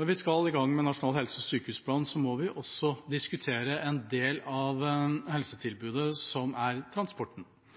Når vi skal i gang med arbeidet med Nasjonal helse- og sykehusplan, må vi også diskutere transporten, som er en del av helsetilbudet. Transportutgiftene er